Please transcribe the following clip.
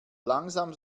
langsam